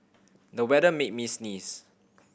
the weather made me sneeze